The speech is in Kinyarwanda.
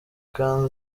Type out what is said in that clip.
kandi